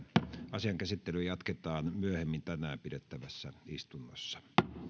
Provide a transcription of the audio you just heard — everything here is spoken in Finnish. asian käsittelyä jatketaan myöhemmin tänään pidettävässä istunnossa